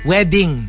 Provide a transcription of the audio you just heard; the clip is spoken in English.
Wedding